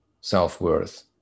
self-worth